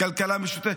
כלכלה משותפת?